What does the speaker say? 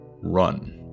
run